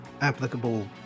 applicable